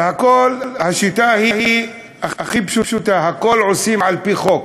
וכל השיטה היא הכי פשוטה, הכול עושים על-פי חוק: